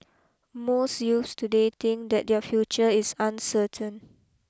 most youths today think that their future is uncertain